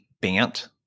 BANT